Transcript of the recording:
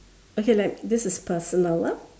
okay like this is personal ah